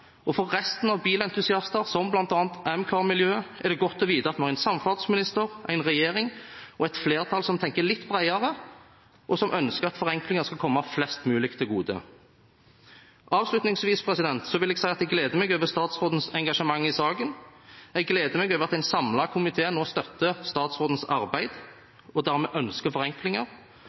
og for andre bilentusiaster, bl.a. i amcarmiljøet, er det godt å vite at man har en samferdselsminister, en regjering og et flertall som tenker litt bredere, og som ønsker at forenklinger skal komme flest mulig til gode. Avslutningsvis vil jeg si at jeg gleder meg over statsrådens engasjement i saken, jeg gleder meg over at en samlet komité nå støtter statsrådens